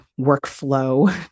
workflow